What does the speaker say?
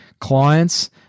clients